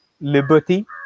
liberty